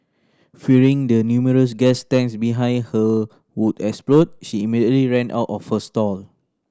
fearing the numerous gas tanks behind her would explode she immediately ran out of her stall